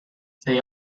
they